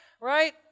Right